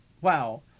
Wow